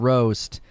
Roast